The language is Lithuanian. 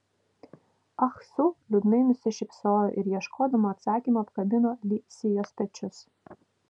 ah su liūdnai nusišypsojo ir ieškodama atsakymo apkabino li sijos pečius